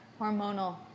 hormonal